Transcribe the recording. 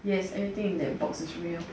yes everything in that box is real